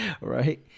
right